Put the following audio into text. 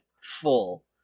full